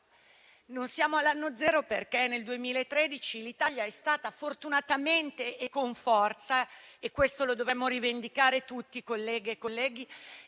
Non siamo all'anno zero, perché nel 2013 l'Italia è stata fortunatamente - questo lo dovremmo rivendicare tutti, colleghe e colleghi